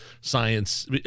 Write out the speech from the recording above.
science